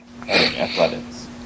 Athletics